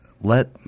let